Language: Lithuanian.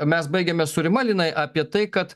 mes baigėme su rima linai apie tai kad